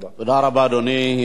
תודה רבה, אדוני.